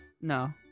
No